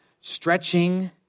stretching